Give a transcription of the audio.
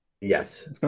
Yes